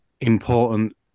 important